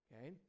okay